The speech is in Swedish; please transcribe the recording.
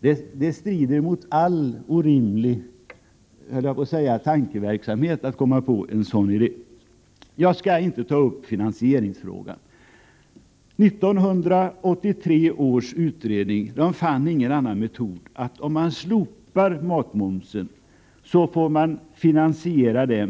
Det strider mot all rimlighet att komma på en sådan idé. Jag skall inte ta upp finansieringsfrågan. 1983 års utredning fann ingen annan metod än att finansiera ett slopande av matmomsen